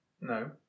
No